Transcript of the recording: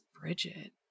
Bridget